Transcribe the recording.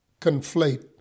conflate